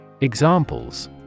examples